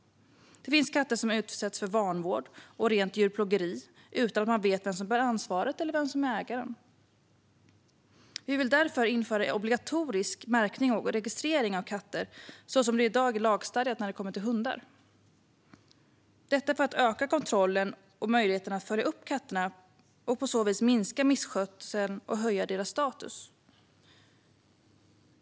Det finns också katter som utsätts för vanvård eller rent djurplågeri utan att man vet vem som bär ansvaret eller är ägare. Vi vill därför införa obligatorisk märkning och registrering av tamkatter, så som i dag är lagstadgat för hundar. Detta för att öka kontrollen och möjligheten att följa upp katter och på så vis minska misskötseln och höja kattens status.